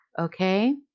okay